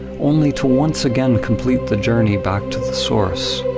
only to once again complete the journey back to the source